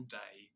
day